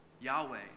Yahweh